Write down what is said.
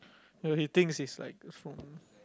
well he thinks like he's from